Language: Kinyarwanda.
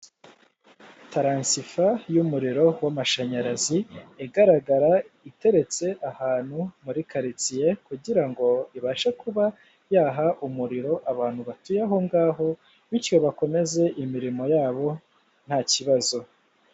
Taransifa y'umuriro w'amashanyarazi igaragara iteretse ahantu muri karitsiye, kugira ngo ibashe kuba yaha umuriro abantu batuye aho ngaho bityo bakomeze imirimo ya bo ntakibazo.